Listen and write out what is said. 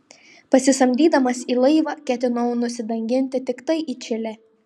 pasisamdydamas į laivą ketinau nusidanginti tiktai į čilę